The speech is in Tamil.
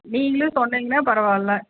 நீங்களும் சொன்னிங்கன்னா பரவா இல்ல